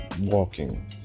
walking